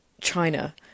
china